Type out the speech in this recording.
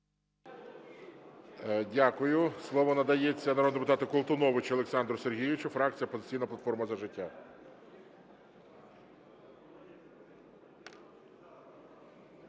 Дякую. Слово надається народному депутату Колтуновичу Олександру Сергійовичу, фракція "Опозиційна платформа - За життя".